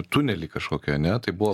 tunelį kažkokį ane tai buvo